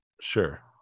Sure